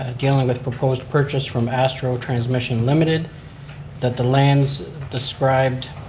ah dealing with proposed purchased from astro transmission limited that the lands described